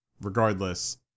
regardless